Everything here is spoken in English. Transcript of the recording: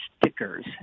stickers